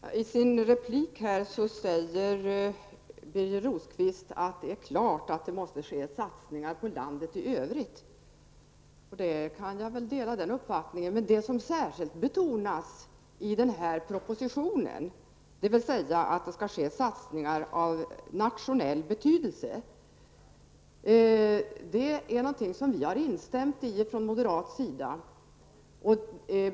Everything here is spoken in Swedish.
Herr talman! I sin replik säger Birger Rosqvist att det är klart att det måste ske satsningar på landet i övrigt, och jag kan väl dela den uppfattningen. Men det som särskilt betonas i den här propositionen, dvs. att det skall ske satsningar av nationell betydelse, har vi instämt i från moderat sida.